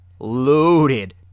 Loaded